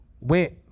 went